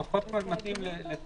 אז זה פחות מתאים לתקופה.